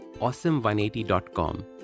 awesome180.com